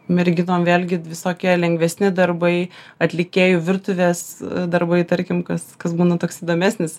merginom vėlgi visokie lengvesni darbai atlikėjų virtuvės darbai tarkim kas kas būna toks įdomesnis